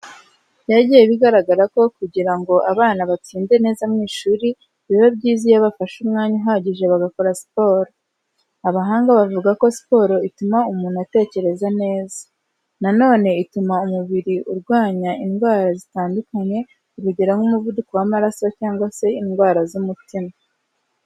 Byagiye bigaragara ko kugira ngo abana batsinde neza mu ishuri, biba byiza iyo bafashe umwanya uhagije bagakora siporo. Abahanga bavuga ko siporo ituma umuntu atekereza neza. Na none ituma umubiri urwanya indwara zitandukanye, urugero nk'umuvuduko w'amaraso cyangwa se indwara z'umutima.